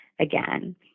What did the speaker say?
Again